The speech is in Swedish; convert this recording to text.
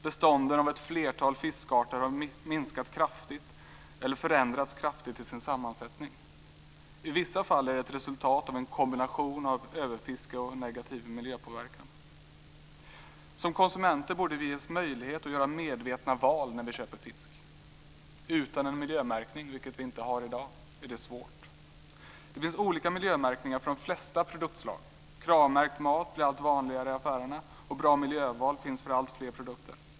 Bestånden av ett flertal fiskarter har minskat kraftigt eller förändrats kraftigt till sin sammansättning. I vissa fall är det resultatet av en kombination av överfiske och negativ miljöpåverkan. Som konsumenter borde vi ges möjlighet att göra medvetna val när vi köper fisk. Utan en miljömärkning - något som vi inte har i dag - är det svårt. Det finns olika miljömärkningar för de flesta produktslag. Kravmärkt mat blir allt vanligare i affärerna, och Bra miljöval finns för alltfler produkter.